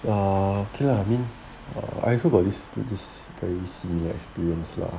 err okay lah mean I also got this this very similar experience lah